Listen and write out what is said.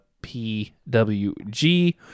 P-W-G